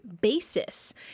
basis